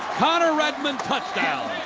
connor redmond, touchdown!